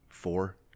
four